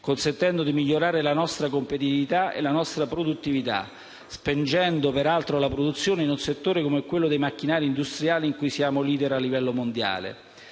consentendo di migliorare la nostra competitività e la nostra produttività, spingendo peraltro la produzione in un settore come quello dei macchinari industriali in cui siamo *leader* a livello mondiale.